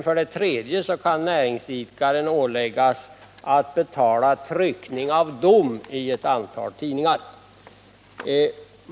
För det tredje, slutligen, kan näringsidkaren åläggas att betala tryckning av dom i ett antal tidningar.